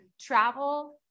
travel